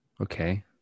Okay